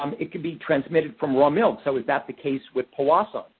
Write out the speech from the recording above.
um it could be transmitted from raw milk. so, is that the case with powassan?